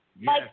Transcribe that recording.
Yes